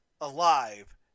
alive